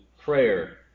prayer